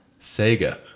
Sega